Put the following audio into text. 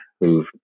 who've